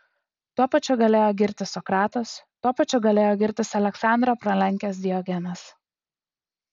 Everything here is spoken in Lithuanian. tuo pačiu galėjo girtis sokratas tuo pačiu galėjo girtis aleksandrą pralenkęs diogenas